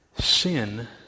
Sin